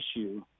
issue